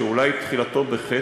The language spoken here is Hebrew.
שאולי תחילתו בחטא,